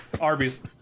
Arby's